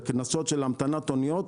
קנסות של המתנות אוניות,